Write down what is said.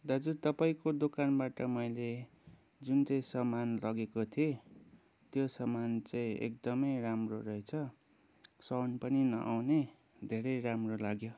दाजु तपाईँको दोकानबाट मैले जुन चाहिँ सामान लगेको थिएँ त्यो सामान चाहिँ एकदमै राम्रो रहेछ साउन्ड पनि नआउने धेरै राम्रो लाग्यो